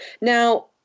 now